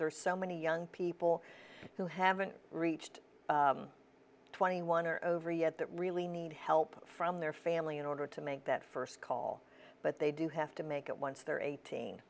are so many young people who haven't reached twenty one or over yet that really need help from their family in order to make that first call but they do have to make it once they're eighteen